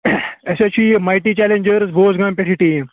اَسہِ حظ چھِ یہِ مایٹی چَلَینٛجٲرٕز بوز گامہِ پٮ۪ٹھ یہِ ٹیٖم